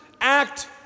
act